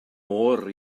oer